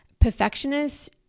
perfectionists